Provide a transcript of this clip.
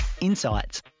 insights